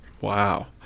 Wow